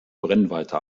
brennweite